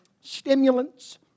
Stimulants